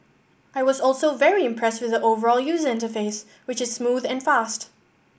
I was also very impressed with the overall user interface which is smooth and fast